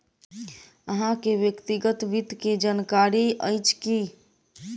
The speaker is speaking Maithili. अहाँ के व्यक्तिगत वित्त के जानकारी अइछ की?